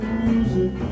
music